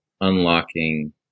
unlocking